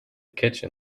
kitchen